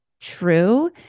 true